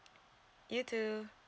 you too